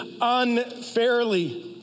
unfairly